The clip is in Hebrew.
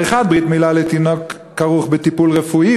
ועריכת ברית-מילה לתינוק כרוכה בטיפול רפואי,